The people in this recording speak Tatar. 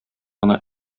гына